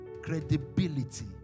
credibility